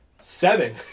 Seven